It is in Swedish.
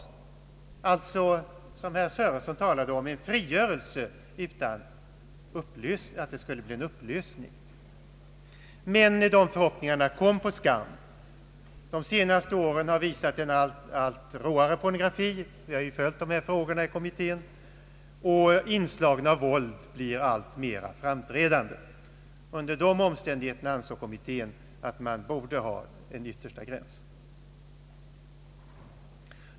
Man hoppades alltså, som herr Sörenson talade om, på en frigörelse utan att det skulle bli en upplösning. Men de förhoppningarna kom på skam. De senaste åren har visat en allt råare pornografi. Inslagen av våld blir alltmer framträdande. Under dessa omständigheter ansåg kommittén att man borde ha en yttersta gräns.